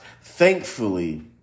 thankfully